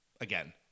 again